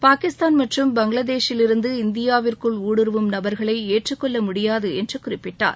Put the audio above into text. பாகிஸ்தான் மற்றும் பங்களாதேஷிலிருந்து இந்தியாவிற்குள் ஊடுருவும் நபர்களை ஏற்றுக்கொள்ள முடியாது என்று குறிப்பிட்டார்